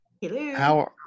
Hello